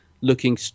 looking